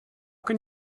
can